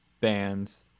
bands